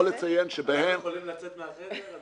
לציין שבהם --- אנחנו יכולים לצאת מהחדר?